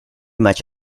much